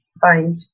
find